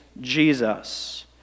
Jesus